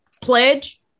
Pledge